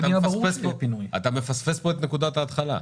אתה מפספס פה את נקודת ההתחלה.